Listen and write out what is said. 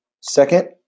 Second